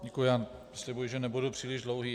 Děkuji, slibuji, že nebudu příliš dlouhý.